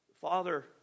Father